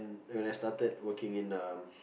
when I started working in um